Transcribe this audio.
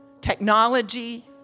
technology